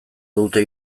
dute